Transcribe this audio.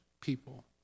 people